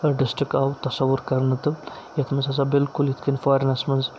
district آو تَصوُر کَرنہٕ تہٕ یَتھ منٛز ہَسا بالکُل یِتھ کٔنۍ فارنَس منٛز